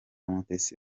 mutesi